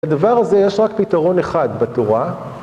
לדבר הזה יש רק פתרון אחד בתורה.